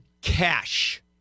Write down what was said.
cash